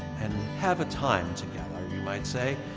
and have a time together, you might say.